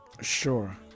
Sure